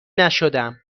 نشدم